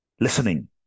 listening